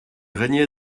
régnait